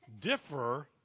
differ